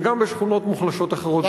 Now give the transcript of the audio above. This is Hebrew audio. וגם בשכונות מוחלשות אחרות בארץ.